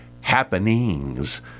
happenings